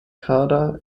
kader